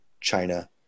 china